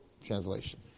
translation